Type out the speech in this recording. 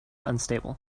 unstable